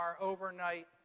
overnight